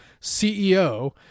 CEO